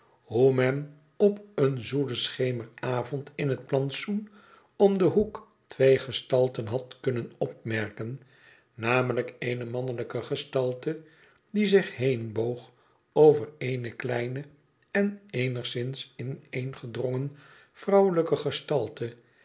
hoe men op een zoelen schemeravond m het plantsoen om den hoek twee gestalten had kunnen opmerken namelijk eene mannelijke gestalte die zich heenboog over eene kleine en eenigszins ineengedrongen vrouwelijke gestalte